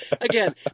Again